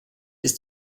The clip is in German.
ist